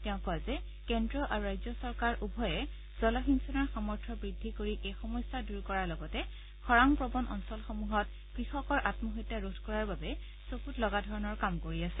তেওঁ কয় যে কেন্দ্ৰ আৰু ৰাজ্য চৰকাৰ উভয়ে জলসিঞ্চনৰ সামৰ্থ বৃদ্ধি কৰি এই সমস্যা দূৰ কৰাৰ লগতে খৰাং প্ৰৱণ অঞ্চলসমূহত কৃষকৰ আম্মহত্যা ৰোধ কৰাৰ বাবে চকুত লগা ধৰণৰ কাম কৰি আছে